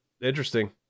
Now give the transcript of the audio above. interesting